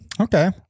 Okay